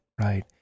Right